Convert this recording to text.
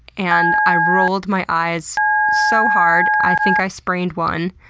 and i rolled my eyes so hard, i think i sprained one.